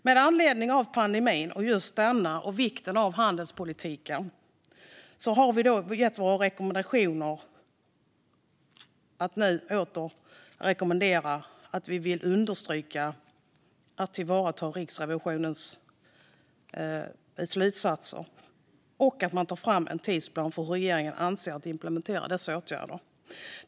Med anledning av pandemin, vikten av handelspolitiken, tidigare rekommendationer och nu återkommande rekommendationer vill vi understryka och tillvarata Riksrevisionens slutsatser och få fram en tidsplan för hur regeringen avser att implementera dessa åtgärder.